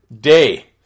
day